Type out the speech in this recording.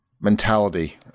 mentality